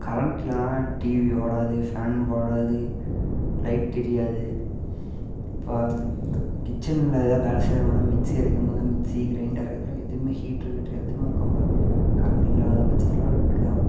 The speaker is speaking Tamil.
கரண்ட் இல்லைன்னா டிவி ஓடாது ஃபேன் ஓடாது லைட் எரியாது இப்போ கிச்சனில் எதாவது வேலை செய்கிற மாதிரி இருந்தால் மிக்ஸி அரைக்கிற மாதிரி இருந்தால் மிக்ஸி கிரைண்டரு இதெல்லாம் எதுவுமே ஹீட்ரு கீட்ரு எதுவுமே ஒர்க் ஆகாது கரண்டு இல்லாத பட்சத்துலெலாம் இப்படி தான்